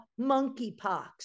monkeypox